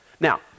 Now